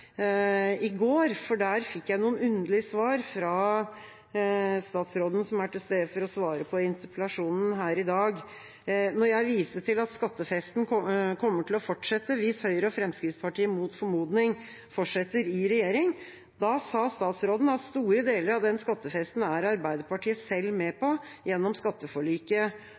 i går, for der fikk jeg noen underlige svar fra statsråden, som er til stede for å svare på interpellasjonen her i dag. Da jeg viste til at skattefesten kommer til å fortsette hvis Høyre og Fremskrittspartiet mot formodning fortsetter i regjering, sa statsråden at «store deler av den skattefesten er Arbeiderpartiet selv med på, gjennom skatteforliket